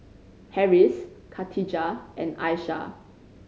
Harris Katijah and Aisyah